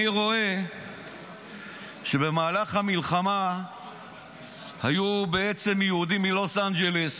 אני רואה שבמהלך המלחמה היו יהודים מלוס אנג'לס